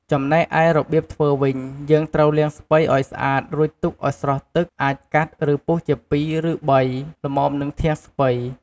ចំណែកឯរបៀបធ្វើវិញ យេីងត្រូវលាងស្ពៃឱ្យស្អាតរួចទុកឱ្យស្រស់ទឹក អាចកាត់ ឬ ពុះជាពីរឬបី ល្មមនឹងធាងស្ពៃ។